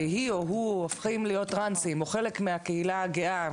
שהיא או הוא הופכים להיות טרנסים או חלק מהקהילה הגאה,